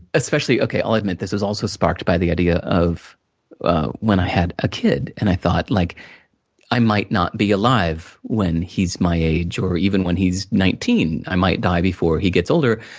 especially okay, i'll admit, this was also sparked by the idea of ah when i had a kid, and i thought, like i might not be alive when he's my age, or even when he's nineteen, i might die before he gets older.